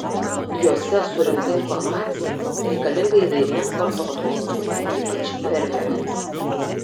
jose surinkta informacija reikalinga įvairiems vartotojams ypač fermeriams